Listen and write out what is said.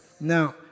Now